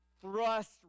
thrust